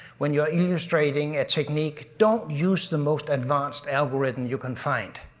when you're illustrating a technique, don't use the most advanced algorithm you can find.